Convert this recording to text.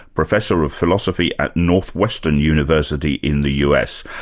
professor of philosophy at northwestern university in the u. s.